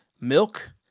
milk